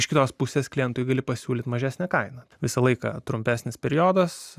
iš kitos pusės klientui gali pasiūlyti mažesnę kainą visą laiką trumpesnis periodas